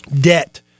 debt